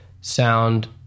sound